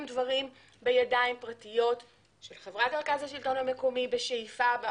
דברים בידיים פרטיות של חברת המרכז השלטון המקומי בשאיפה,